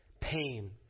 pain